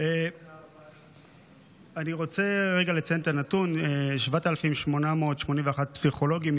אני רוצה רגע לציין את הנתון: 7,881 פסיכולוגים,